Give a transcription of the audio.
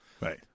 Right